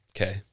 Okay